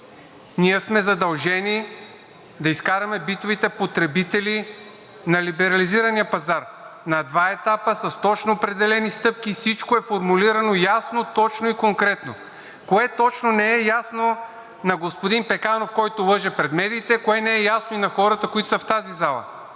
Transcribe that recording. ние сме задължени да изкараме битовите потребители на либерализирания пазар, на два етапа, с точно определени стъпки. Всичко е формулирано ясно, точно и конкретно. Кое точно не е ясно на господин Пеканов, който лъже пред медиите?! Кое не е ясно и на хората, които са в тази зала?!